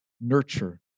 nurture